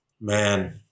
Man